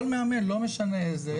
כל מאמן, לא משנה איזה.